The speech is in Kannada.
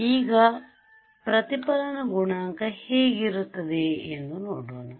ಈಗ ಪ್ರತಿಫಲನ ಗುಣಾಂಕ ಹೇಗಿರುತ್ತದೆ ಎಂದು ನೋಡೋಣ